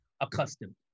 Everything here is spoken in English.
accustomed